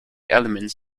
elements